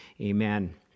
amen